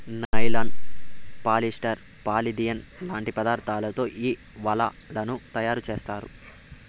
nylon, polyester, polyethylene లాంటి పదార్థాలతో ఈ వలలను తయారుచేత్తారు